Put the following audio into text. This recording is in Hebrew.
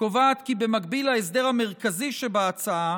קובעת כי במקביל להסדר המרכזי שבהצעה